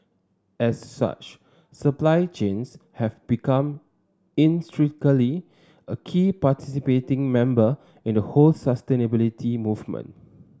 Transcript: as such supply chains have become intrinsically a key participating member in the whole sustainability movement